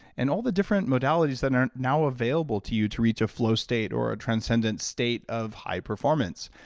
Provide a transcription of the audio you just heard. and all the different modalities that are now available to you to reach a flow state or transcendent state of high performance.